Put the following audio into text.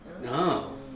No